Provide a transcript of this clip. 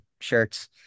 shirts